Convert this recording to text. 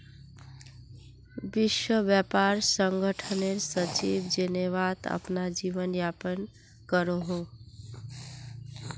विश्व व्यापार संगठनेर सचिव जेनेवात अपना जीवन यापन करोहो